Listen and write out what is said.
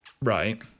Right